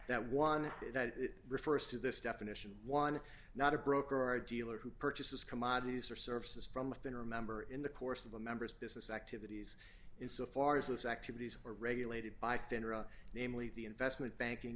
that one that refers to this definition one not a broker or dealer who purchases commodities or services from within remember in the course of the members business activities is so far as those activities are regulated by finra namely the investment banking